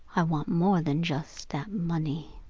i want more than just that money.